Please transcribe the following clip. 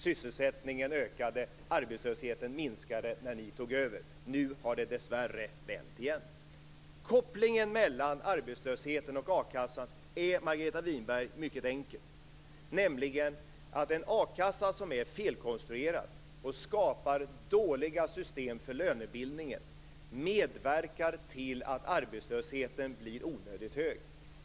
Sysselsättningen ökade och arbetslösheten minskade när ni tog över. Nu har det dessvärre vänt igen. Kopplingen mellan arbetslösheten och a-kassan är mycket enkel, Margareta Winberg. En a-kassa som är felkonstruerad och skapar dåliga system för lönebildningen medverkar till att arbetslösheten blir onödigt hög.